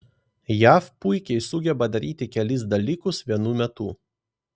jav puikiai sugeba daryti kelis dalykus vienu metu